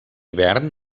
hivern